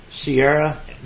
Sierra